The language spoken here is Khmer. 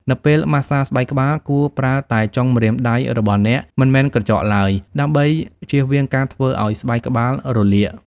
នៅពេលម៉ាស្សាស្បែកក្បាល គួរប្រើតែចុងម្រាមដៃរបស់អ្នក មិនមែនក្រចកឡើយ ដើម្បីជៀសវាងការធ្វើឲ្យស្បែកក្បាលរលាក។